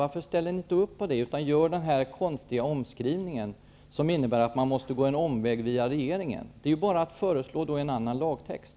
Varför ställer ni inte upp på det utan gör denna konstiga omskrivning, som innebär att man måste gå en omväg via regeringen? Ni kan ju bara föreslå en annan lagtext.